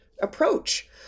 approach